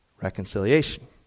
reconciliation